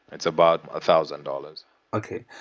it's about a thousand dollars okay.